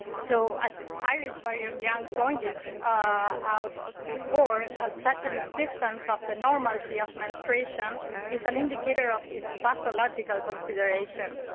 so as iris marion young pointed ah out before, such an insistence of the normalcy of menstruation is an indicator of its pathological consideration.